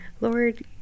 lord